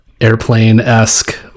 airplane-esque